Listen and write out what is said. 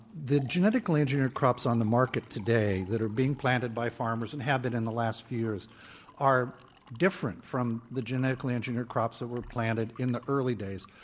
the genetically engineered crops on the market today that are being planted by farmers and have been in the last few years are different from the genetically engineered crops that were planted in the early days.